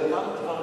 את אותם דברים,